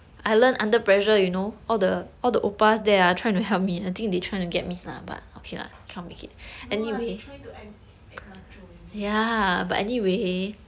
no ah they trying to act act macho only